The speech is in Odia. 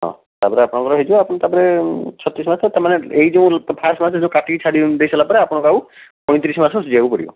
ହଁ ତାପରେ ଆପଣଙ୍କର ହେଇଯିବ ଆପଣ ତାପରେ ଛତିଶ ମାସ ତା ମାନେ ଏଇ ଯେଉଁ ଫାଷ୍ଟ ଏ ଯେଉଁ କାଟିକି ଛାଡ଼ିକି ଦେଇସାରିଲା ପରେ ଆପଣଙ୍କୁ ଆଉ ପଇଁତିରିଶ ମାସ ସୁଝିବାକୁ ପଡ଼ିବ